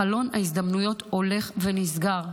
חלון ההזדמנויות הולך ונסגר.